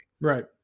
Right